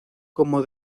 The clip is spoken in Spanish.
como